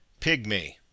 Pygmy